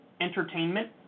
entertainment